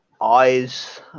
eyes